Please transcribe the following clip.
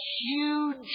huge